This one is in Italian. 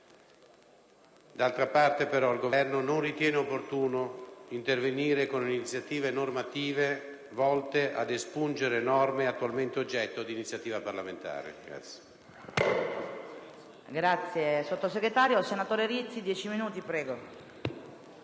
D'altra parte, però, il Governo non ritiene opportuno intervenire con iniziative volte ad espungere norme attualmente oggetto di esame parlamentare.